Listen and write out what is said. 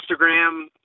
Instagram